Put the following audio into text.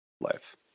life